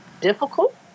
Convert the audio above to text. difficult